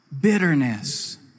bitterness